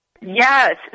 Yes